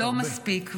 לא מספיק.